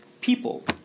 people